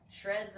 Shreds